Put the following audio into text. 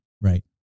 Right